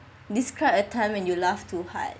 describe a time when you laugh too hard